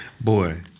boy